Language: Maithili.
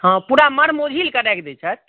हँ पूरा मर्म उझिलकऽ राखि दै छथि